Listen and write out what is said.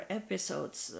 episodes